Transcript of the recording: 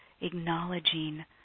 acknowledging